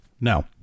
No